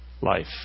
Life